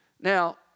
Now